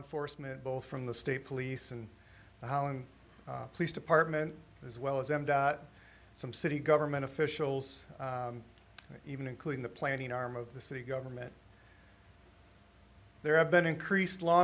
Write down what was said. enforcement both from the state police and the hauen police department as well as some city government officials even including the planning arm of the city government there have been increased law